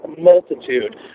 multitude